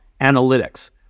analytics